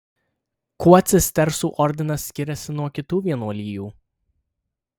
kuo cistersų ordinas skiriasi nuo kitų vienuolijų